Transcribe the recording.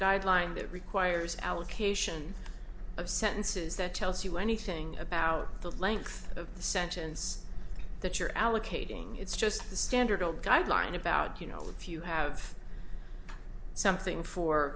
guideline that requires allocation of sentences that tells you anything about the length of the sentence that you're allocating it's just the standard old guideline about you know if you have something